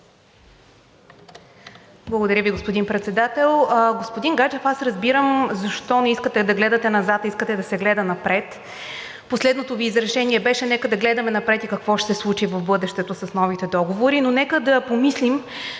Благодаря Ви, господин Председател. Господин Гаджев, аз разбирам защо не искате да гледате назад, а искате да се гледа напред. Последното Ви изречение беше: „Нека да гледаме напред и какво ще се случи в бъдещето с новите договори.“ Но нека да помислим